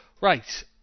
right